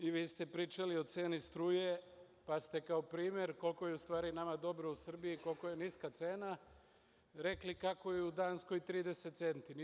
Vi ste pričali o ceni struje, pa ste kao primer koliko je u stvari nama dobro u Srbiji, koliko je niska cena, rekli kako je u Danskoj 30 centi.